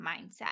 mindset